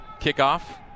Kickoff